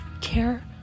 care